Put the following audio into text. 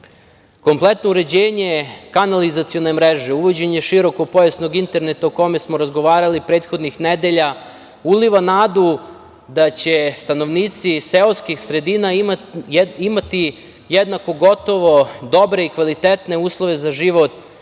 sela. Kompletno uređenje kanalizacione mreže, uvođenje širokopojasnog interneta o kome smo razgovarali prethodnih nedelja, uliva nadu da će stanovnici seoskih sredina imati jednako gotovo dobre i kvalitetne uslove za život